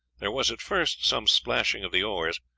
there was at first some splashing of the oars,